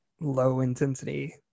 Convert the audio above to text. low-intensity